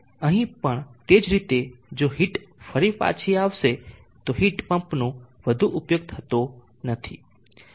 અહીં પણ તે જ રીતે જો હીટ ફરી પાછી આવશે તો હીટ પંપનો વધુ ઉપયોગ થતો નથી